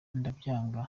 ndabyanga